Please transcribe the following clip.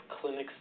clinics